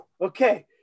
Okay